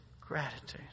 gratitude